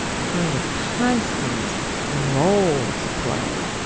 kind of constant role to play.